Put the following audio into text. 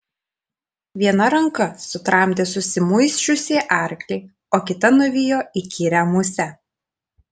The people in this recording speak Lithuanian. viena ranka sutramdė susimuisčiusį arklį o kita nuvijo įkyrią musę